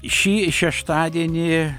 šį šeštadienį